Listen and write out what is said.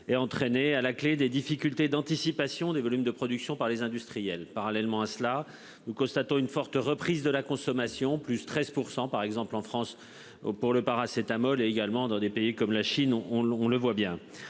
et entraîné à la clé, des difficultés d'anticipation des volumes de production par les industriels. Parallèlement à cela, nous constatons une forte reprise de la consommation, plus 13% par exemple en France. Oh pour le paracétamol et également dans des pays comme la Chine, on le voit bien,